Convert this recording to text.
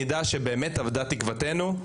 כזאת,